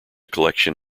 collection